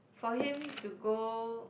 for him to go